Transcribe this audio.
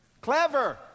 Clever